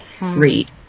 read